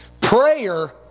Prayer